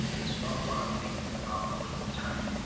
it's not what i'm thinking about most of the time.